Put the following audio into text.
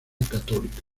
católica